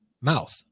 mouth